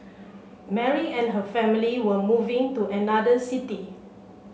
Mary and her family were moving to another city